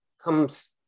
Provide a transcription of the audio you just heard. comes